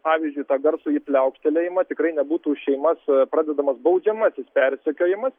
pavyzdžiui tą garsųjį pliaukštelėjimą tikrai nebūtų šeimas pradedamas baudžiamasis persekiojimas